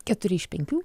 keturi iš penkių